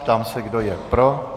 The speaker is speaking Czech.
Ptám se, kdo je pro.